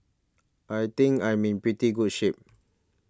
I think I'm in pretty good shape